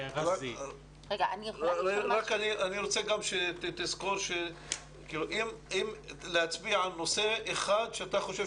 אני רוצה שתזכור להצביע על נושא אחד שאתה חושב